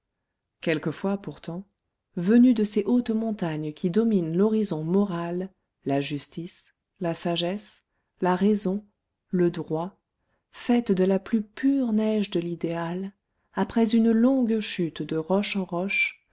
quelquefois pourtant venue de ces hautes montagnes qui dominent l'horizon moral la justice la sagesse la raison le droit faite de la plus pure neige de l'idéal après une longue chute de roche en roche